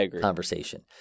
conversation